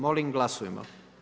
Molim glasujmo.